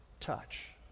touch